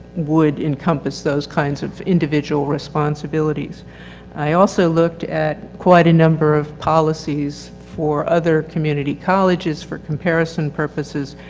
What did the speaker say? would encompass those kinds of individual responsibilities i also looked at quite a number of policies for other community colleges for comparison purposes.